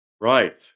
Right